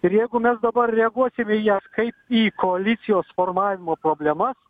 ir jeigu mes dabar reaguosim į jas kaip į koalicijos formavimo problemas